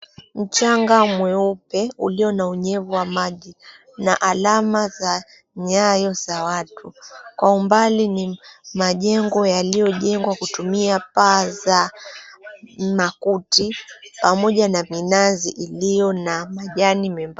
Mchanga mweupe ulio na unyevu wa maji na alama za nyayo za watu. Kwa umbali ni majengo yaliyojengwa kutumia paa za makuti pamoja na minazi ilio na majani membamba.